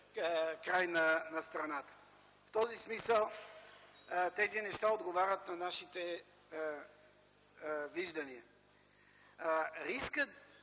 край на страната. В този смисъл тези неща отговарят на нашите виждания. Рискът